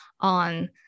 on